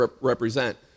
represent